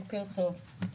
בוקר טוב.